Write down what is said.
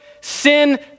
sin